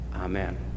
Amen